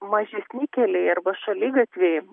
mažesni keliai arba šaligatviai